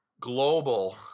Global